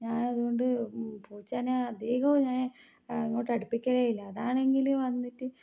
ഞാൻ അതുകൊണ്ട് പൂച്ചേനേ അധികോം ഞാൻ ഇങ്ങോട്ട് അടുപ്പിക്കലേ ഇല്ല അതാണെങ്കിൽ വന്നിട്ട്